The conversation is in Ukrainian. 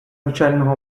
навчального